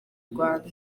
rwanda